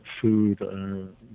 food